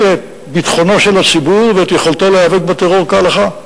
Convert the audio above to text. את ביטחונו של הציבור ואת יכולתו להיאבק בטרור כהלכה,